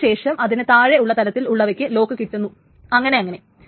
അതിനു ശേഷം അതിനു താഴെ ഉള്ള തലത്തിൽ ഉള്ളവക്ക് ലോക്കുകിട്ടുന്നു അങ്ങനെ അങ്ങനെ